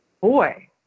boy